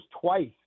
twice